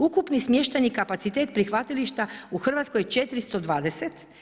Ukupni smješteni kapacitet prihvatilišta u Hrvatskoj je 420.